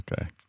Okay